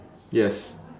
yes